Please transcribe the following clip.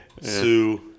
Sue